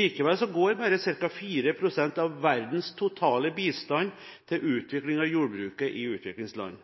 Likevel går bare ca. 4 pst. av verdens totale bistand til utvikling av jordbruket i utviklingsland.